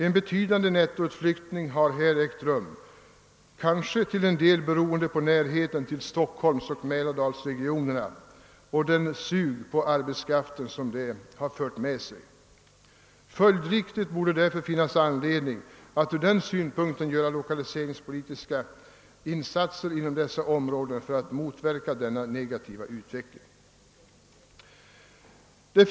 En betydande nettoutflyttning har här ägt rum, kanske till en del beroende på närheten till Stockholmsoch Mälardalsregionerna och på den sugning på arbetskraften som detta medfört. Följdriktigt borde därför finnas anledning att från denna synpunkt göra lokaliseringspolitiska insatser inom dessa områden för att motverka den negativa utvecklingen.